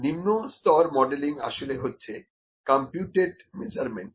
নিম্ন স্তর মডেলিং আসলে হচ্ছে কম্পিউটেড মেজারমেন্ট